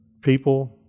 people